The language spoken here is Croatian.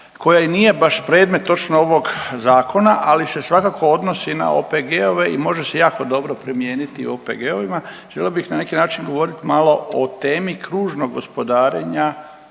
koja i nije baš predmet točno ovog zakona, ali se svakako odnosi na OPG-ove i može se jako dobro primijeniti u OPG-ovima. Želio bih na neki način govoriti malo o temi kružnog gospodarenja